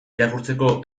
irakurtzeko